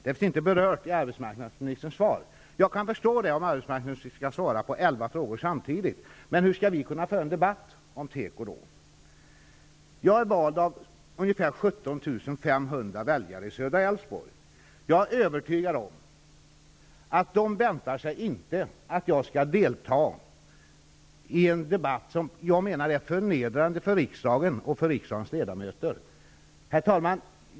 Det finns inte berört i arbetsmarknadsministerns svar. Jag kan förstå det, om arbetsmarknadsministern skall svara på elva frågor samtidigt. Men hur skall vi då kunna föra en debatt om teko? Jag är vald av ungefär 17 500 väljare i södra Älvsborg. Jag är övertygad om att de inte väntar sig att jag skall delta i en debatt som jag menar är förnedrande för riksdagen och riksdagens ledamöter. Herr talman!